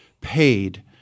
paid